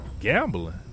gambling